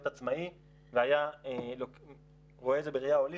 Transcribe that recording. עצמאי והיה רואה את זה בראיה הוליסטית,